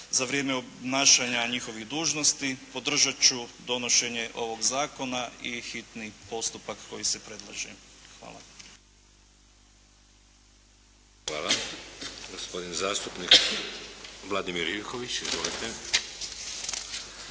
za vrijeme obnašanja njihovih dužnosti, podržati ću donošenje ovoga zakona i hitni postupak koji se predlaže. Hvala. **Šeks, Vladimir (HDZ)** Hvala. Gospodin zastupnik Vladimir Ivković. Izvolite.